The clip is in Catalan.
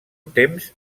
temps